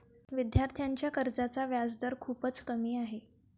विद्यार्थ्यांच्या कर्जाचा व्याजदर खूपच कमी आहे